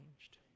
changed